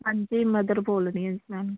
ਹਾਂਜੀ ਮਦਰ ਬੋਲ ਰਹੀ ਹਾਂ ਜੀ ਮੈਂ ਉਹਦੀ